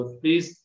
please